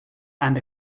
and